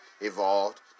evolved